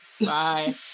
bye